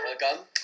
Welcome